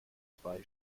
zwei